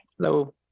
Hello